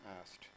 asked